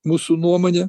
mūsų nuomone